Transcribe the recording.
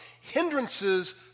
Hindrances